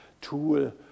tool